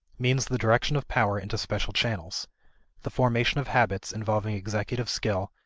means the direction of power into special channels the formation of habits involving executive skill,